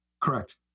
Correct